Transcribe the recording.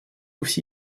все